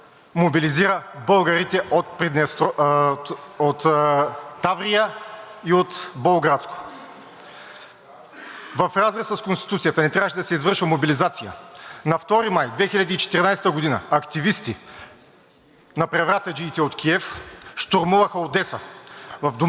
в разрез с Конституцията – не трябваше да се извършва мобилизация. На 2 май 2014 г. активисти на превратаджиите от Киев щурмуваха Одеса. В Дома на профсъюзите изгоряха повече от 120 души. Измежду тях беше българинът Иван Милев. Българското Външно министерство по това време